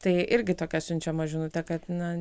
tai irgi tokia siunčiama žinutė kad na